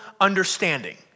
understanding